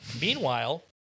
Meanwhile